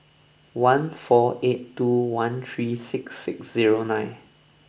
one four eight two one three six six zero nine